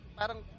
parang